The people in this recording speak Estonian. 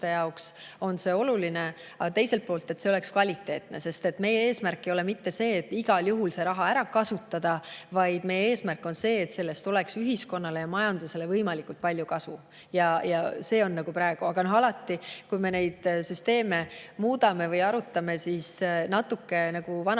on see oluline. Aga teiselt poolt, et see oleks kvaliteetne, sest meie eesmärk ei ole mitte see, et igal juhul see raha ära kasutada, vaid meie eesmärk on, et sellest oleks ühiskonnale ja majandusele võimalikult palju kasu. See on praegu. Aga alati, kui me neid süsteeme muudame või arutame, siis natuke on nii,